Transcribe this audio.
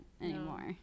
anymore